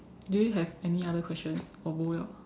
do you have any other question or bo liao